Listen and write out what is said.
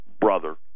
brother